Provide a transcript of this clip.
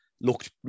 looked